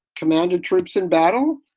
commanded troops in battle.